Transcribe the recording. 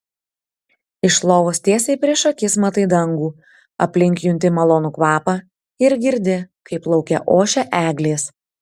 iš lovos tiesiai prieš akis matai dangų aplink junti malonų kvapą ir girdi kaip lauke ošia eglės